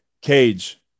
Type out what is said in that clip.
cage